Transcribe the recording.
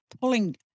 pulling